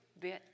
bit